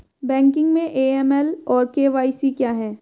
Banking में AML और KYC क्या हैं?